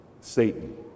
Satan